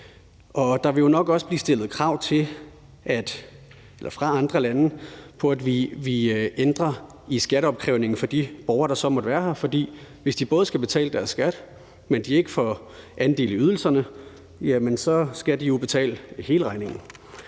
Der vil jo nok også blive stillet krav fra andre lande om, at vi ændrer i skatteopkrævningen for de borgere, der så måtte være her. For hvis de skal betale deres skat, men ikke får andel i ydelserne, skal de jo betale hele regningen.